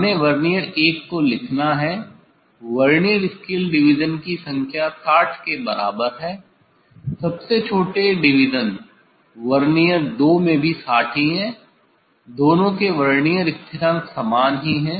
हमें वर्नियर 1 को लिखना है वर्नियर स्केल डिविजन की संख्या 60 के बराबर है सबसे छोटे डिविज़न वर्नियर 2 में भी 60 ही है दोनों के वर्नियर स्थिरांक समान ही हैं